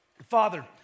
Father